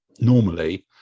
normally